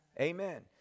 Amen